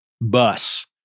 bus